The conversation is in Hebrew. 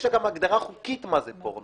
יש גם הגדרה חוקית מה זה פורנו.